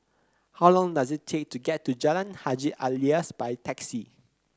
how long does it take to get to Jalan Haji Alias by taxi